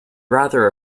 rather